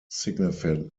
significantly